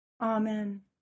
Amen